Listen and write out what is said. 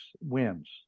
wins